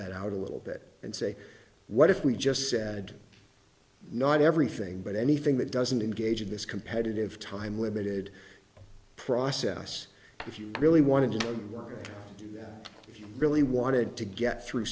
that out a little bit and say what if we just said not everything but anything that doesn't engage in this competitive time limited process if you really want to work that you really wanted to get through